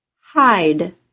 HIDE